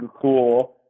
cool